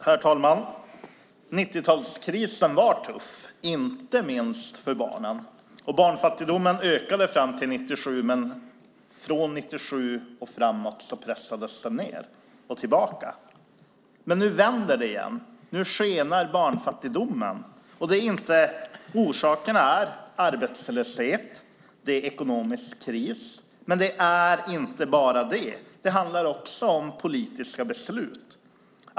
Herr talman! 90-talskrisen var tuff, inte minst för barnen. Barnfattigdomen ökade fram till 1997, men från 1997 och framåt pressades den ned och tillbaka. Men nu vänder det igen. Nu skenar barnfattigdomen. Orsakerna är arbetslöshet och ekonomisk kris, men det är inte bara det. Det handlar också om politiska beslut.